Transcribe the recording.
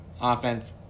Offense